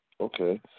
Okay